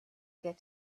get